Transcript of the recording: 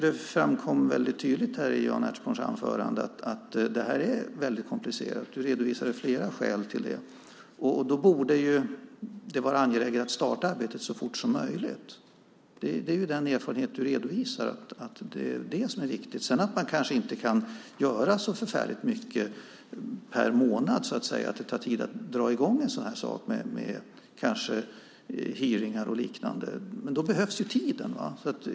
Det framkom väldigt tydligt i Jan Ertsborns anförande att det är väldigt komplicerat. Du redovisade flera skäl till det. Då borde det vara angeläget att starta arbetet så fort som möjligt. Den erfarenhet du redovisar är att det är viktigt. Man kan inte göra så förfärligt mycket per månad. Det tar tid att dra i gång en sådan här sak med kanske hearingar och liknande. Då behövs tiden.